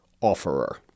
offerer